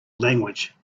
language